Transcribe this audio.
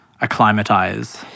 acclimatize